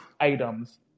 items